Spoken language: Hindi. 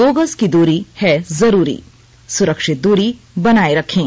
दो गज की दूरी है जरूरी सुरक्षित दूरी बनाए रखें